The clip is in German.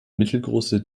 mittelgroße